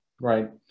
Right